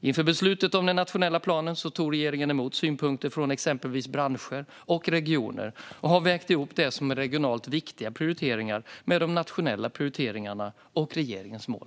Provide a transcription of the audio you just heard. Inför beslutet om den nationella planen har regeringen tagit emot synpunkter från exempelvis branscher och regioner och har vägt ihop det som är regionalt viktiga prioriteringar med de nationella prioriteringarna och regeringens mål.